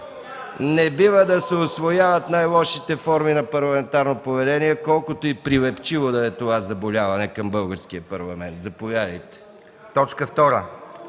Не бива да се усвояват най-лошите форми на парламентарно поведение, колкото и прилепчиво да е това заболяване към Българския парламент. Заповядайте,